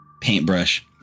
paintbrush